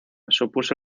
supuso